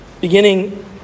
Beginning